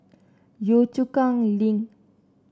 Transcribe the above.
Yio Chu Kang Link